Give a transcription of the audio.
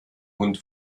hund